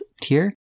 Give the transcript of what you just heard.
tier